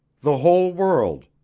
the whole world,